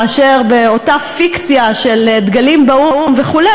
מאשר באותה פיקציה של דגלים באו"ם וכו',